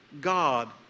God